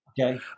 Okay